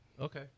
Okay